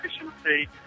efficiency